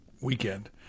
weekend